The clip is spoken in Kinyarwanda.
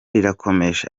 rirakomeje